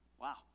Wow